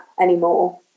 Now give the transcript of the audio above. anymore